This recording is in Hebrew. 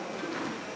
(רישום)